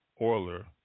oiler